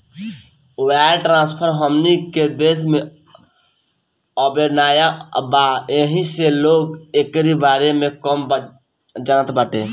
wire transfer हमनी के देश में अबे नया बा येही से लोग एकरी बारे में कम जानत बाटे